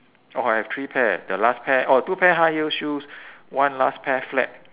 oh I have three pair the last pair oh two pair high heel shoes one last pair flat